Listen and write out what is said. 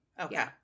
Okay